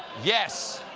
yes.